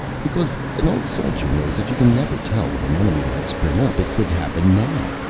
because an old soldier knows that you can never tell when an enemy might spring up. it could happen now.